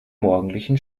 morgendlichen